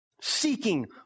seeking